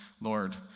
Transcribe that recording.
Lord